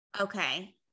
Okay